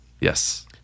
yes